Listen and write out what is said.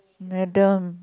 madam